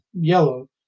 yellow